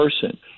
person